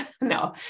no